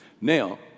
Now